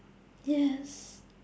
yes